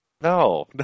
No